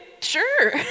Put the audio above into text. sure